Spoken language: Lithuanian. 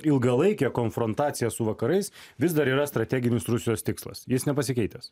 ilgalaikė konfrontacija su vakarais vis dar yra strateginis rusijos tikslas jis nepasikeitęs